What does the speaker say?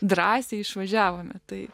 drąsiai išvažiavome taip